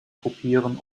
kopieren